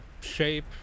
shape